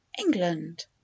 England